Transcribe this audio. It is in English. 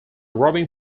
rubbing